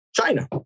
China